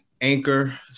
Anchor